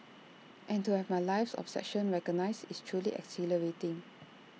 and to have my life's obsession recognised is truly exhilarating